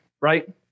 Right